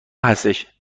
هستش